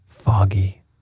foggy